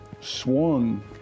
swung